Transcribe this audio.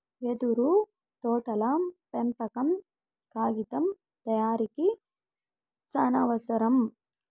యెదురు తోటల పెంపకం కాగితం తయారీకి సానావసరం